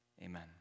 Amen